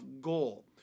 goal